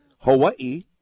Hawaii